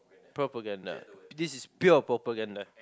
propaganda this is pure propaganda